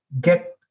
get